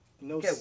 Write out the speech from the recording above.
No